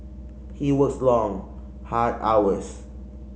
he works long hard hours